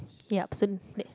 plate